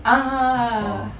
a'ah